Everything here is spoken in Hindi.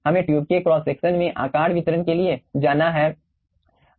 हमें ट्यूब के क्रॉस सेक्शन में आकार वितरण के लिए जाना है